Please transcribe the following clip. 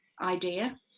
idea